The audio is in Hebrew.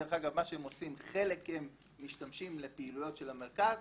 דרך אגב, חלק הם משתמשים לפעילויות של המרכז